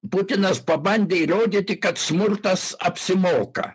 putinas pabandė įrodyti kad smurtas apsimoka